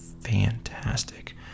fantastic